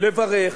לברך